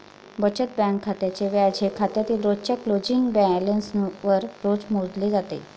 बचत बँक खात्याचे व्याज हे खात्यातील रोजच्या क्लोजिंग बॅलन्सवर रोज मोजले जाते